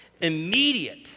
immediate